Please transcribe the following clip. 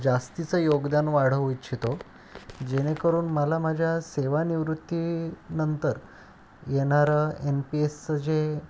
जास्तीचं योगदान वाढवू इच्छितो जेणेकरून मला माझ्या सेवानिवृत्ती नंतर येणारं एन पी एसचं जे